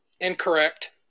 Incorrect